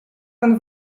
pan